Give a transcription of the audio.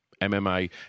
MMA